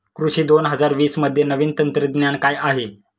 कृषी दोन हजार वीसमध्ये नवीन तंत्रज्ञान काय आहे?